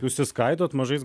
jūs išskaidot mažais